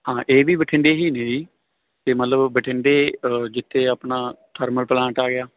ਹਾਂ ਇਹ ਵੀ ਬਠਿੰਡੇ ਹੀ ਨੇ ਜੀ ਅਤੇ ਮਤਲਬ ਬਠਿੰਡੇ ਜਿੱਥੇ ਆਪਣਾ ਥਰਮਲ ਪਲਾਂਟ ਆ ਗਿਆ